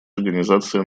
организация